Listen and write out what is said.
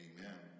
Amen